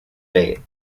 date